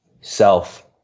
self